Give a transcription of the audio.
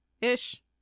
Ish